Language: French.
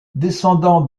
descendant